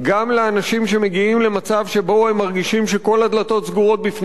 גם לאנשים שמגיעים למצב שבו הם מרגישים שכל הדלתות סגורות בפניהם: